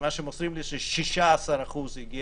ממה שמוסרים לי ההיענות היא 16% - לא